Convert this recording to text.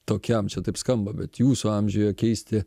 tokiam čia taip skamba bet jūsų amžiuje keisti